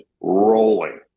rolling